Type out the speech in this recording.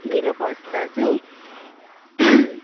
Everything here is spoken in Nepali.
ढिलो पच्दा चाहिँ